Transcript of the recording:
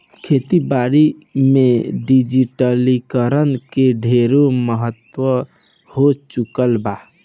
खेती बारी में डिजिटलीकरण के ढेरे महत्व हो चुकल बा